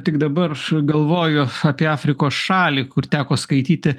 tik dabar aš galvoju apie afrikos šalį kur teko skaityti